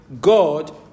God